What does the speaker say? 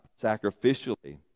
sacrificially